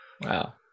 Wow